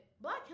Black